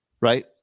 right